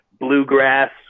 bluegrass